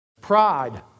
Pride